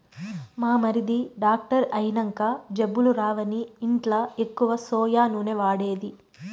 మా మరిది డాక్టర్ అయినంక జబ్బులు రావని ఇంట్ల ఎక్కువ సోయా నూనె వాడేది